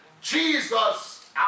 Jesus